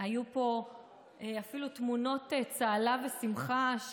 היו פה אפילו תמונות צהלה ושמחה,